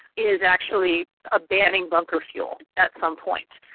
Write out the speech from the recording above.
is actually ah banning bunker fuel at some point.